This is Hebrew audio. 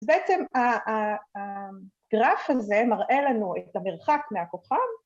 ‫אז בעצם, הגרף הזה ‫מראה לנו את המרחק מהכוכב.